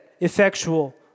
effectual